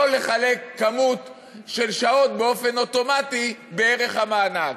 לא לחלק כמות של שעות באופן אוטומטי בערך המענק.